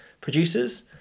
producers